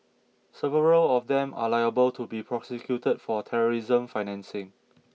several of them are liable to be prosecuted for terrorism financing